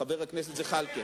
חבר הכנסת זחאלקה,